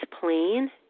plain